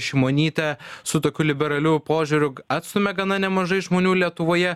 šimonytė su tokiu liberaliu požiūriu atstumia gana nemažai žmonių lietuvoje